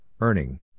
earning